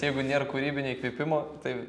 jeigu nėr kūrybinio įkvėpimo tai